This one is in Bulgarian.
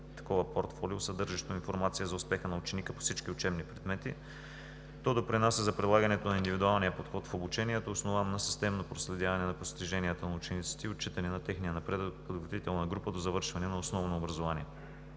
такова портфолио, съдържащо информация за успеха на ученика по всички учебни предмети. То допринася за прилагането на индивидуалния подход в обучението, основан на системно проследяване на постиженията на учениците и отчитане на техния напредък в подготвителна група до завършване на основното образование.